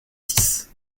six